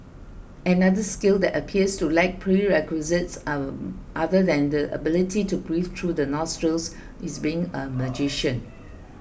another skill that appears to lack prerequisites other than the ability to breathe through the nostrils is being a magician